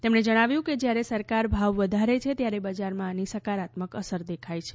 તેમણે જણાવ્યું કે જયારે સરકાર ભાવ વધારે છે ત્યારે બજારમાં આની સકારાત્મક અસર દેખાય છે